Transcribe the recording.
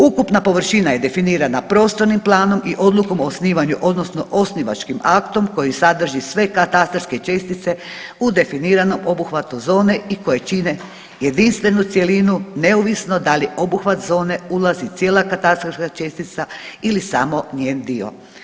Ukupna površina je definirana prostornim planom i odlukom o osnivanju odnosno osnivačkim aktom koji sadrži sve katastarske čestice u definiranom obuhvatu zone i koje čine jedinstvenu cjelinu neovisno da li obuhvat zone ulazi cijela katastarska čestica ili samo njen dio.